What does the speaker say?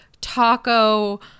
taco